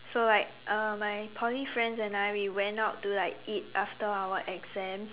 so like uh my Poly friends and I we went out to like eat after our exams